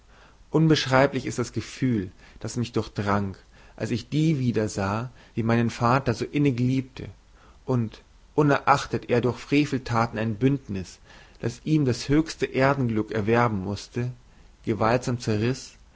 unbeschreiblich ist das gefühl das mich durchdrang als ich die wiedersah die meinen vater so innig liebte und unerachtet er durch freveltaten ein bündnis das ihm das höchste erdenglück erwerben mußte gewaltsam zerriß